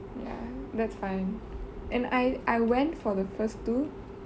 ya that's fine and I I went for the first two